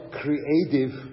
creative